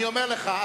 אני אומר לך,